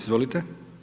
Izvolite.